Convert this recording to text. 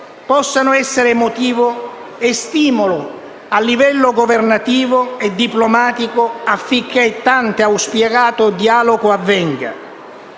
possano essere motivo e stimolo a livello governativo e diplomatico affinché il tanto auspicato dialogo avvenga.